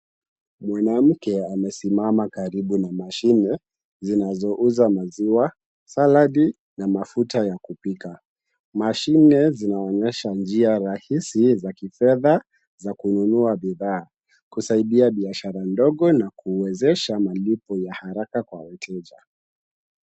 Mwanamke amesimama karibu na mashine zinazouza maziwa salad na mafuta ya kupika. Mashine zinaonyesha njia rahisi za kifedha za kununua bidhaa, kusaidia biashara ndogo na kuwezesha malipo ya haraka kwa wateja.